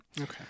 Okay